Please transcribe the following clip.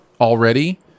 already